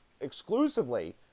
exclusively